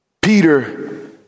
Peter